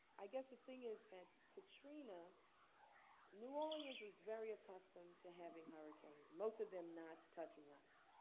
i guess the thing is that katrina new orleans was very accustomed to having hurricanes, most of them not touching us.